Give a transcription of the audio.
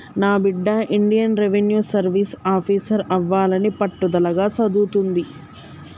నా బిడ్డ Indian revenue service officer అవ్వాలని పట్టుదలగా సదువుతుంది